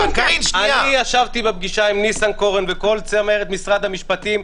אני ישבתי בפגישה עם ניסנקורן וכל צמרת משרד המשפטים,